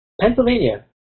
Pennsylvania